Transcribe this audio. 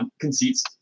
conceits